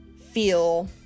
feel